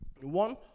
One